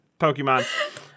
Pokemon